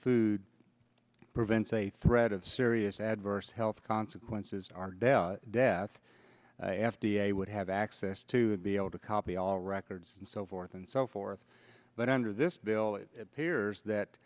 food prevents a threat of serious adverse health consequences death f d a would have access to be able to copy all records and so forth and so forth but under this bill it appears that